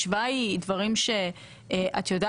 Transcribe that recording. המשוואה היא לא ארבע קירות,